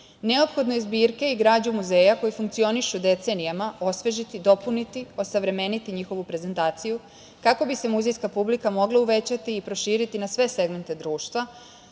Neophodno je zbirke i građu muzeja koji funkcionišu decenijama osvežiti, dopuniti, osavremeniti njihovu prezentaciju kako bi se muzejska publika mogla uvećati i proširiti na sve segmente društva,